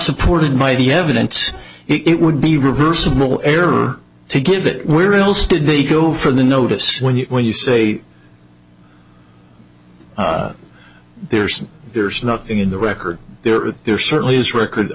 supported by the evidence it would be reversible error to give it where else did they go for the notice when you when you say there's there's nothing in the record there is there certainly is